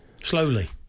slowly